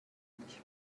nicht